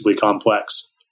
complex